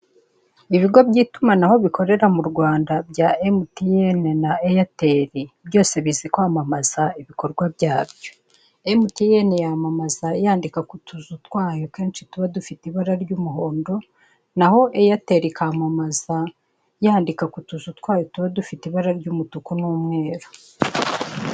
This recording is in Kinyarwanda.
Ibigo by'itumanaho bikorera mu Rwanda bya emutiyeni na eyateri byose bizi kwamamaza ibikorwa byabyo. Emutiyeni yamamaza yandika ku tuzu twayo kenshi tuba dufite ibara ry'umuhondo naho eyateri ikamamaza yandika ku tuzu twayo tuba dufite ibara ry'umutuku n'umweru.